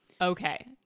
Okay